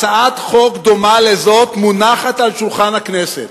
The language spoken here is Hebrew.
הצעת חוק דומה לזאת מונחת על שולחן הכנסת,